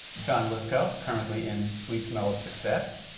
john lithgow, currently in sweet smell of success.